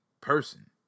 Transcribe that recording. person